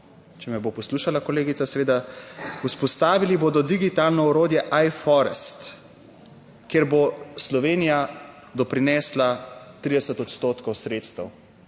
če me bo poslušala kolegica, seveda vzpostavili bodo digitalno orodje I-Forest, kjer bo Slovenija doprinesla 30 odstotkov sredstev